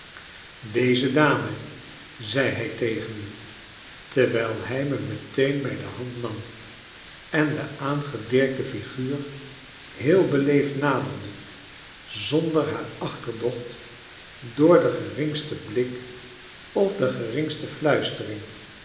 deze dame zei hu tegen me terwijlhij me meteen bij de hand nam en de aangedirkte figuur heel beleefd naderde zonder haar achterdocht door den geringsten blik of de geringste fiuistering